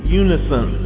unison